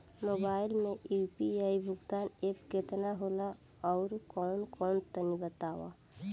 Mobile म UPI भुगतान app केतना होला आउरकौन कौन तनि बतावा?